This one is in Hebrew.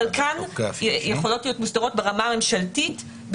חלקן יכולות להיות מוסדרות ברמה הממשלתית,